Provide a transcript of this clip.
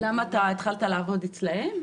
למה, התחלת לעבוד אצלם?